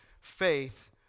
faith